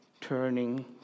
turning